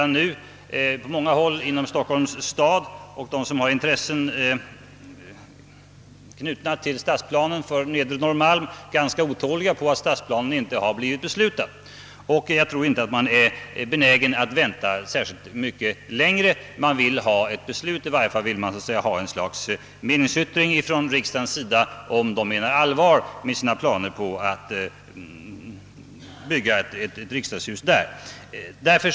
På många håll inom Stockholms stad och bland dem som har intressen knutna till stadsplanen för Nedre Norrmalm råder redan ganska stor otålighet över aft stadsplanen inte har blivit beslutad, och jag tror inte att man är benägen att vänta särskilt mycket längre, utan vill ha ett beslut snarast. I varje fall önskar man något slags meningsyttring från riksdagen, som visar om vi menar allvar med våra planer på att bygga ett riksdagshus vid Gustav Adolfs torg.